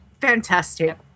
fantastic